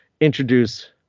introduce